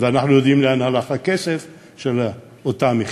ואנחנו יודעים לאן הלך הכסף של אותה מכירה.